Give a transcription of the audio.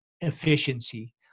efficiency